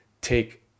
take